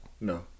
No